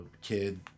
kid